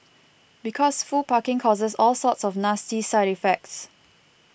because full parking causes all sorts of nasty side effects